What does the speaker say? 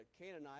Canaanite